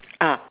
ah